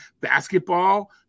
basketball